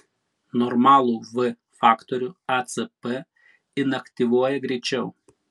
normalų v faktorių acp inaktyvuoja greičiau